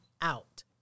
out